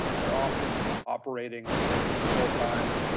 they're often operating their business full time.